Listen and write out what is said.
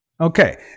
okay